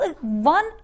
one